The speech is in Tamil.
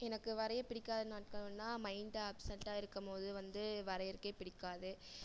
எனக்கு வரைய பிடிக்காத நாட்கள்ன்னால் மைண்ட் அப்செட்டாக இருக்கும்போது வந்து வரையரத்துக்கே பிடிக்காது